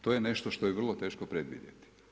To je nešto što je vrlo teško predvidjeti.